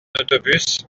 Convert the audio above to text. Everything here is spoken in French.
autobus